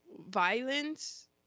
violence